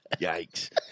Yikes